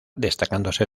destacándose